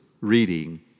reading